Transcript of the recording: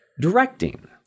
Directing